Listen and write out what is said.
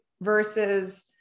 versus